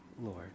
Lord